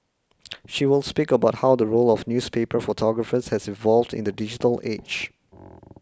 she will speak about how the role of newspaper photographers has evolved in the digital age